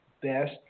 best